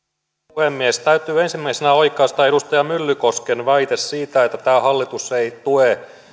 puhemies täytyy ensimmäisenä oikaista edustaja myllykosken väite siitä että tämä hallitus ei tue